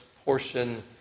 Portion